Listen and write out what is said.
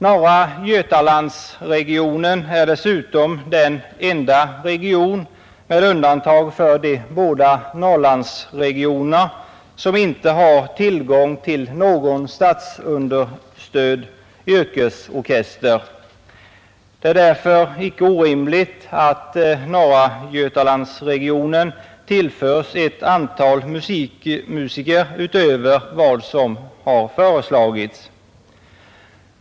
Norra Götalandsregionen är dessutom den enda region, med undantag för de båda Norrlandsregionerna, som inte har tillgång till någon statsunderstödd yrkesorkester. Det är därför icke orimligt att Norra Götalandsregionen tillförs ett antal musiker utöver vad som föreslagits.